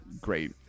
great